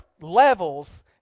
levels